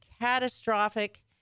catastrophic